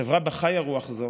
חברה שבה חיה רוח זו,